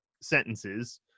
sentences